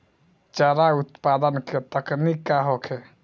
चारा उत्पादन के तकनीक का होखे?